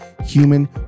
human